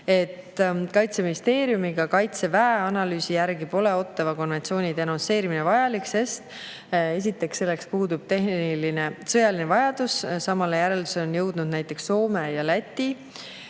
et Kaitseministeeriumi ja kaitseväe analüüsi järgi pole Ottawa konventsiooni denonsseerimine vajalik. Esiteks, selleks puudub tehniline sõjaline vajadus. Samale järeldusele on jõudnud näiteks Soome ja Läti,